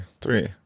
three